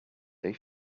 they